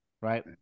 right